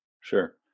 sure